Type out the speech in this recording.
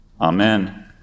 Amen